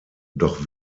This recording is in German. doch